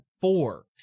four